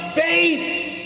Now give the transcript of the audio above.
faith